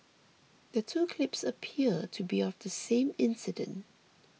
the two clips appear to be of the same incident